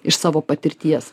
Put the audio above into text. iš savo patirties